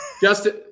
Justin